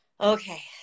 Okay